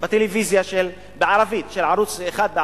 בערוץ-1,